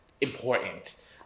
important